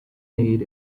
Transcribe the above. need